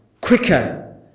quicker